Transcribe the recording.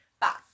back